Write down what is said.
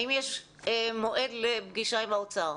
האם יש מועד לפגישה עם האוצר?